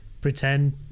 pretend